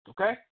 Okay